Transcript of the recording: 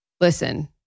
listen